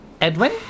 Edwin